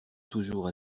toujours